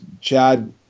Chad